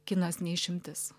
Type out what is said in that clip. kinas ne išimtis